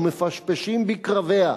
ומפשפשים בקרביה,